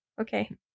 Okay